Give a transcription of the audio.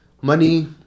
money